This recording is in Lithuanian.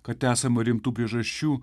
kad esama rimtų priežasčių